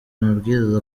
amabwiriza